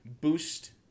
boost